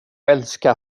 älskar